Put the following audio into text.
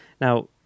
now